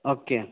okay